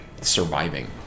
surviving